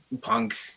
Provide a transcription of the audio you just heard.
punk